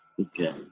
Okay